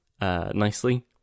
nicely